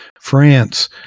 France